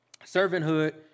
Servanthood